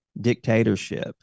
dictatorship